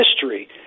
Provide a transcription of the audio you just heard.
history